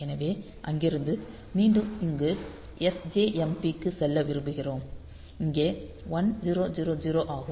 எனவே அங்கிருந்து மீண்டும் இங்கு sjmp க்கு செல்ல விரும்புகிறோம் இங்கே 1000 ஆகும்